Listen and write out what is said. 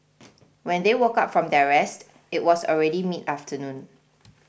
when they woke up from their rest it was already midafternoon